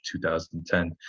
2010